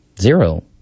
Zero